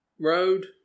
road